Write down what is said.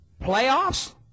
Playoffs